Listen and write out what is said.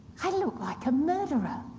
i look like a murderer.